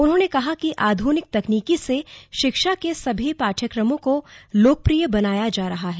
उन्होंने कहा कि आधुनिक तकनीकी से शिक्षा के सभी पाठयक्रमों को लोकप्रिय बनाया जा रहा है